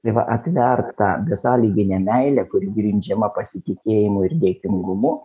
tai va atvert tą besąlyginę meilę kuri grindžiama pasitikėjimu ir dėkingumu